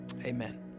Amen